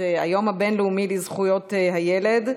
היום הבין-לאומי לזכויות הילד,